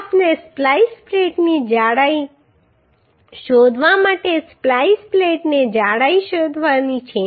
હવે આપણે સ્પ્લાઈસ પ્લેટની જાડાઈ શોધવા માટે સ્પ્લાઈસ પ્લેટની જાડાઈ શોધવાની છે